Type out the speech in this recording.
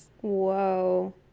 Whoa